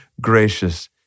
gracious